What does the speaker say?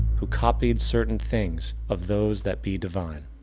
who copied certain things of those that be divine.